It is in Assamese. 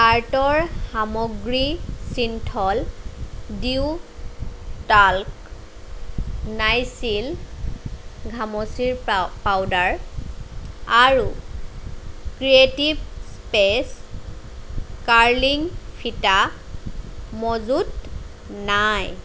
কাৰ্টৰ সামগ্ৰী চিন্থল ডিঅ' টাল্ক নাইচিল ঘামচিৰ পাউ পাউদাৰ আৰু ক্ৰিয়েটিভ স্পেচ্ কাৰ্লিং ফিটা মজুত নাই